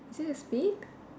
is there a spade